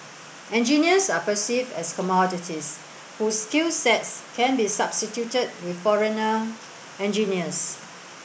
engineers are perceived as commodities whose skills sets can be substituted with foreigner engineers